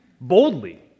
boldly